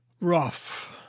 rough